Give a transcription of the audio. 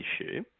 issue